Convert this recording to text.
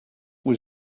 was